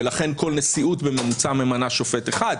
ולכן כל נשיאות בממוצע ממנה שופט אחד,